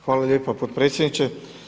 Hvala lijepa potpredsjedniče.